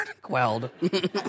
Quelled